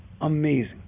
Amazing